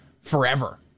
forever